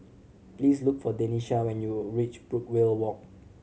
please look for Denisha when you reach Brookvale Walk